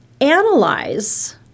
analyze